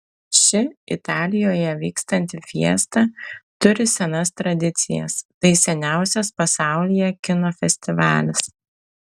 ši italijoje vykstanti fiesta turi senas tradicijas tai seniausias pasaulyje kino festivalis